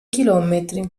chilometri